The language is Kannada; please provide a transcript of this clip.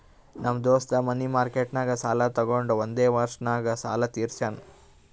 ನಮ್ ದೋಸ್ತ ಮನಿ ಮಾರ್ಕೆಟ್ನಾಗ್ ಸಾಲ ತೊಗೊಂಡು ಒಂದೇ ವರ್ಷ ನಾಗ್ ಸಾಲ ತೀರ್ಶ್ಯಾನ್